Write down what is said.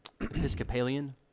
Episcopalian